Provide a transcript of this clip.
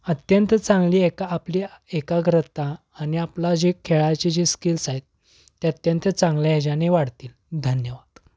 अत्यंत चांगली एका आपली एकाग्रता आणि आपला जे खेळाचे जे स्किल्स आहेत ते अत्यंत चांगल्या याच्याने वाढतील धन्यवाद